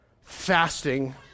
fasting